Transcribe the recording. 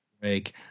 break